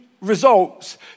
results